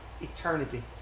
eternity